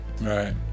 Right